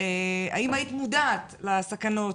היית מודעת לסכנות?